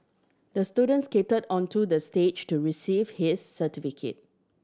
the student skated onto the stage to receive his certificate